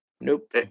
Nope